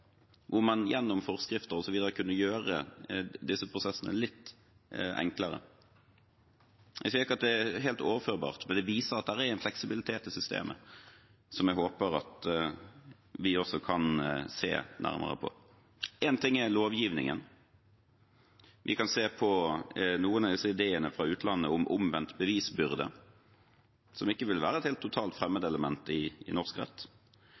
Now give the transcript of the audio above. hvor man gjennom forskrifter osv. kunne gjøre disse prosessene litt enklere. Jeg sier ikke at det er helt overførbart, men det viser at det er en fleksibilitet i systemet, som jeg håper at vi også kan se nærmere på. Én ting er lovgivningen: Vi kan se på noen av disse ideene fra utlandet om omvendt bevisbyrde, som ikke vil være et helt totalt fremmedelement i norsk rett.